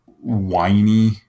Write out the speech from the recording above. whiny